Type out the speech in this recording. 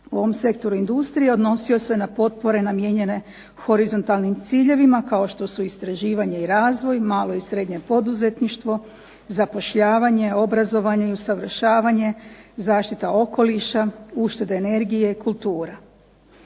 u ovom sektoru industrije odnosio se na potpore namijenjene horizontalnim ciljevima, kao što su istraživanje i razvoj, malo i srednje poduzetništvo, zapošljavanje, obrazovanje i usavršavanje, zaštita okoliša, uštede energije, kultura.